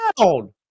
down